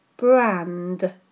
Brand